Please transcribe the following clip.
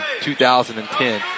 2010